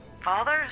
father's